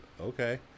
okay